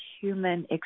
human